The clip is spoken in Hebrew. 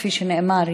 כפי שנאמר,